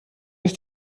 ist